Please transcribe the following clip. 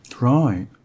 right